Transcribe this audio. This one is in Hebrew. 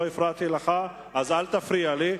לא הפרעתי לך אז אל תפריע לי,